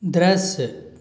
दृश्य